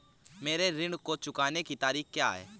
मेरे ऋण को चुकाने की तारीख़ क्या है?